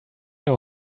know